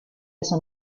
eso